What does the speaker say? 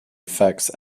affects